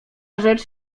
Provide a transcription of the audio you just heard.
rzecz